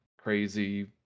Crazy